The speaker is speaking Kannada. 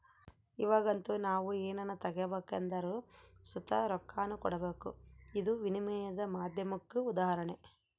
ಇವಾಗಂತೂ ನಾವು ಏನನ ತಗಬೇಕೆಂದರು ಸುತ ರೊಕ್ಕಾನ ಕೊಡಬಕು, ಇದು ವಿನಿಮಯದ ಮಾಧ್ಯಮುಕ್ಕ ಉದಾಹರಣೆ